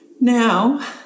Now